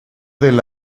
del